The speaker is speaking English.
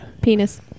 penis